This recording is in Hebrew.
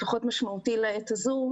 משמעותי לעת הזאת,